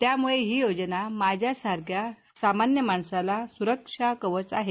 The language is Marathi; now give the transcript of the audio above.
त्यामुळे ही योजना माझ्यासारख्या सामान्य माणसाला सुरक्षा कवच आहे